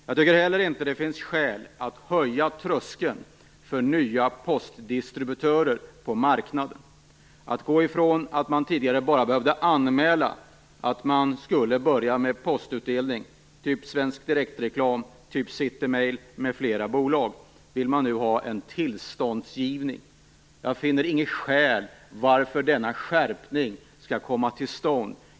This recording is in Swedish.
Jag tycker inte heller att det finns skäl att höja tröskeln för nya postdistributörer på marknaden. I stället för att man bara direkt har behövt anmäla att man skall börja med postutdelning, typ Svensk Direktreklam, City-Mail m.fl. bolag, föreslås nu en tillståndsgivning. Jag finner inget skäl för att denna skärpning skall komma till stånd.